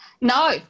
no